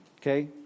Okay